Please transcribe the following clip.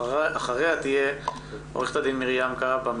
אחריה עו"ד מרים כהבא,